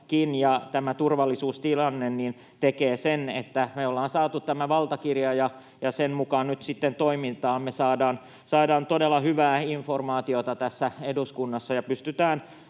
ja tämä turvallisuustilanne tekevät sen, että sanoisin nyt, että me ollaan saatu tämä valtakirja ja sen mukaan nyt sitten toimimme: saamme todella hyvää informaatiota täällä eduskunnassa ja pystymme